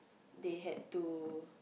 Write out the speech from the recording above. they had to